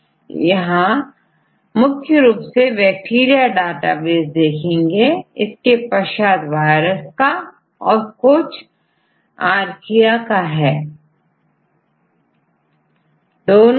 तो यदि क्लासिफिकेशन देखें तोUniProt मैं मुख्य रूप से बैक्टीरिया का डाटा सबसे ज्यादा है इसके पश्चात वायरस और उसके पश्चात archaeaका